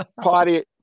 party